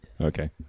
Okay